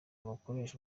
bakoresha